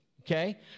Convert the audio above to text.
okay